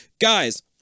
Guys